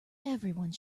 everyone